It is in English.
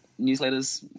newsletters